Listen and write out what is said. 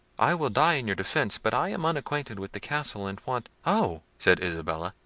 i will die in your defence but i am unacquainted with the castle, and want oh! said isabella,